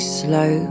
slow